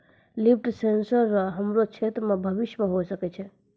लिफ sensor रो हमरो क्षेत्र मे भविष्य मे होय सकै छै